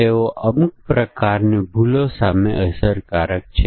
તેથી ફોન્ટ અલગ દેખાશે